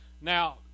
Now